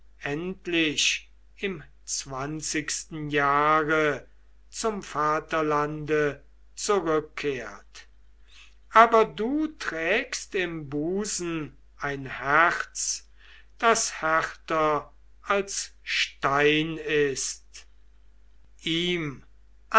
endlich im zwanzigsten jahre zum vaterlande zurückkehrt aber du trägst im busen ein herz das härter als stein ist ihm